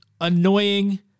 annoying